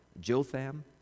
Jotham